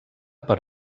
per